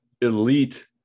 elite